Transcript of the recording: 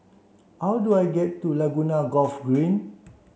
how do I get to Laguna Golf Green